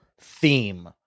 theme